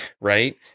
Right